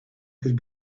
could